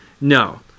no